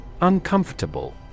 Uncomfortable